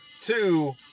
Two